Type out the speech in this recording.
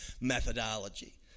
methodology